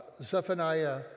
Zephaniah